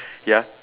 ya